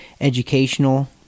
educational